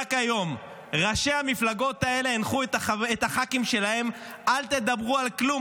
ורק היום ראשי המפלגות האלה הנחו את הח"כים שלהם: אל תדברו על כלום,